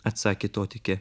atsakė totikė